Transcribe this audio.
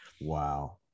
Wow